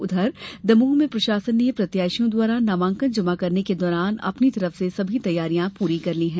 उधर दमोह में प्रशासन ने प्रत्याशियों द्वारा नामांकन जमा करने के दौरान अपनी तरफ से सभी तैयारियां पूरी कर ली है